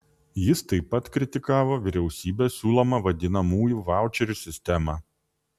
jis taip pat kritikavo vyriausybės siūlomą vadinamųjų vaučerių sistemą